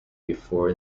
before